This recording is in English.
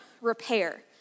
repair